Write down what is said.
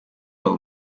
babo